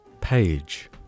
page